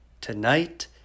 Tonight